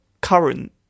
current